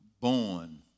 born